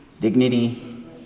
dignity